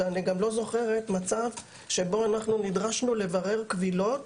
ואני גם לא זוכרת מצב שבו אנחנו נדרשנו לברר קבילות